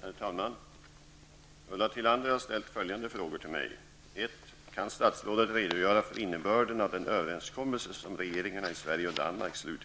Herr talman! Ulla Tillander har ställt följande frågor till mig. 1. Kan statsrådet redogöra för innebörden av den överenskommelse som regeringarna i Sverige och Öresund?